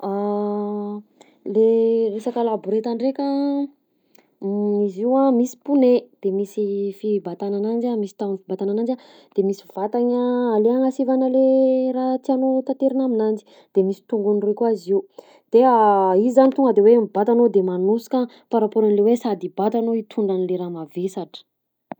Le resaka laboreta ndraika: izy io a misy pneu, de misy fibatana ananjy a, misy tahony fibatana ananjy de misy vatagny a le agnasivana le raha tianao taterina aminanjy de misy tongony roy koa izy io, de izy zany tonga de hoe mibata anao de manosika par rapport an'le hoe sady hibata anao hitondra an'le raha mavesatra.